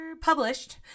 Published